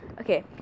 Okay